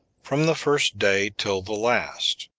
from the first day till the last,